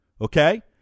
okay